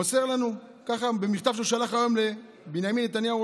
מוסר לנו במכתב שהוא שלח היום לבנימין נתניהו,